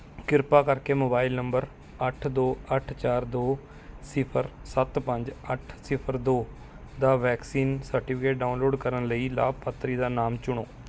ਕਿਰਪਾ ਕਰਕੇ mobile number ਅੱਠ ਦੋ ਅੱਠ ਚਾਰ ਦੋ ਸਿਫ਼ਰ ਸੱਤ ਪੰਜ ਅੱਠ ਸਿਫ਼ਰ ਦੋ ਦਾ ਵੈਕਸੀਨ ਸਰਟੀਫਿਕੇਟ ਡਾਊਨਲੋਡ ਕਰਨ ਲਈ ਲਾਭਪਾਤਰੀ ਦਾ ਨਾਮ ਚੁਣੋ